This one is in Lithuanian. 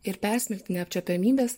ir persmelkti neapčiuopiamybės